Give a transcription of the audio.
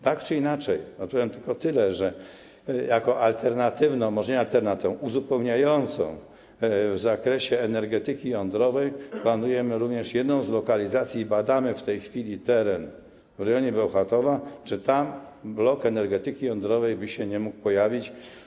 Tak czy inaczej odpowiem tylko tyle, że jako alternatywną, może nie alternatywną, tylko uzupełniającą w zakresie energetyki jądrowej planujemy również jedną z lokalizacji - badamy w tej chwili ten teren - w rejonie Bełchatowa, sprawdzamy, czy tam blok energetyki jądrowej by się mógł pojawić.